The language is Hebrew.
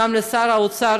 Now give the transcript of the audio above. גם לשר האוצר,